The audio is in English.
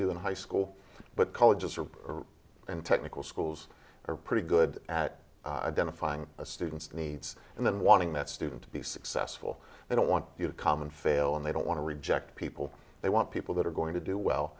do in high school but colleges are and technical schools are pretty good at identifying a student's needs and then wanting that student to be successful they don't want you to common fail and they don't want to reject people they want people that are going to do well